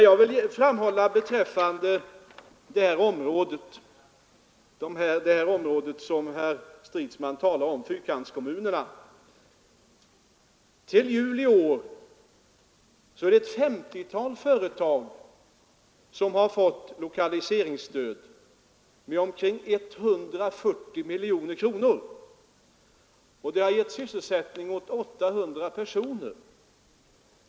Jag vill beträffande det område som herr Stridsman talar om, den s.k. Fyrkanten, framhålla att fram till juli i år ett femtiotal företag har fått lokaliseringsstöd med omkring 140 miljoner kronor, vilket givit sysselsättning åt 800 personer.